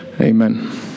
Amen